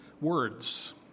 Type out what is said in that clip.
words